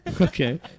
okay